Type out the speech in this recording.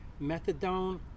methadone